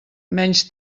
menys